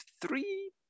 three